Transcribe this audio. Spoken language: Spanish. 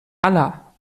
hala